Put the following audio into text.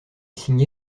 signé